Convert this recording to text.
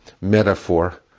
metaphor